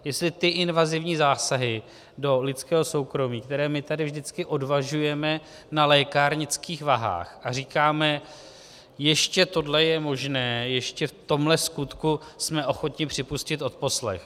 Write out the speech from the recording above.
Jestli ty invazivní zásahy do lidského soukromí, které my tady vždycky odvažujeme na lékárnických vahách, a říkáme, ještě tohle je možné, ještě v tomhle skutku jsme ochotni připustit odposlech.